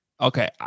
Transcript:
okay